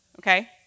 okay